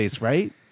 right